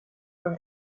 for